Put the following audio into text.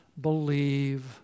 believe